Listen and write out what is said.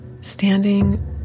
standing